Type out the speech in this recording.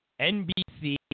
NBC